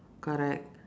correct